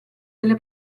delle